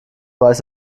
weiß